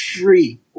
free